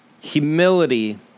Humility